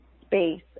space